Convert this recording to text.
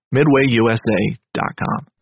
MidwayUSA.com